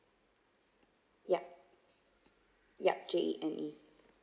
yup yup J E N E